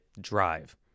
drive